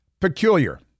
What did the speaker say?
Peculiar